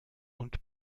und